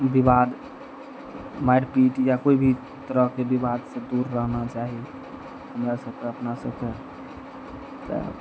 ई विवाद मारि पीट या कोइ भी तरहके विवाद से दूर रहना चाही हमरा सबके अपना सबके तऽ